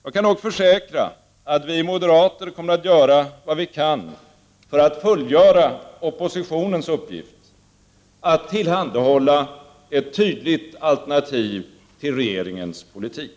Jag kan dock försäkra att vi moderater kommer att göra vad vi kan för att fullgöra oppositionens uppgift: att tillhandahålla ett tydligt alternativ till regeringens politik.